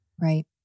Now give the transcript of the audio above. Right